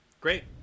Great